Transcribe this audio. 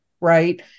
right